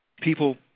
People